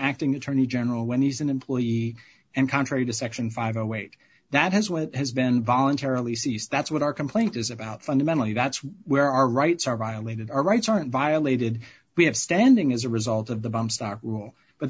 acting attorney general when he's an employee and contrary to section five a weight that has when it has been voluntarily ceased that's what our complaint is about fundamentally that's where our rights are violated our rights aren't violated we have standing as a result of the bumps our rule but